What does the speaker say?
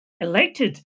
elected